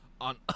on